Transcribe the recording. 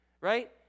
right